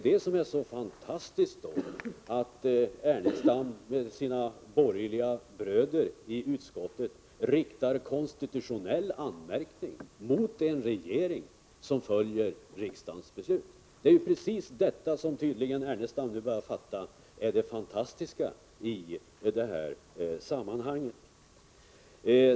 Det som är så fantastiskt är att Ernestam med sina borgerliga bröder i utskottet riktar konstitutionell anmärkning mot en regering som följer riksdagens beslut. Det är precis detta Ernestam tydligen nu börjar förstå.